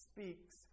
speaks